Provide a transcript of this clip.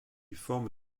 forme